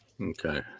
Okay